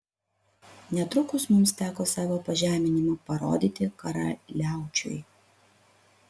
netrukus mums teko savo pažeminimą parodyti karaliaučiui